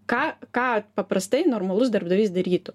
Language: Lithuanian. ką ką paprastai normalus darbdavys darytų